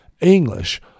English